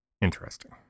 Interesting